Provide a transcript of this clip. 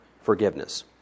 forgiveness